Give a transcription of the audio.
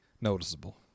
noticeable